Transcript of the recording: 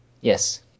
Yes